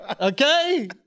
Okay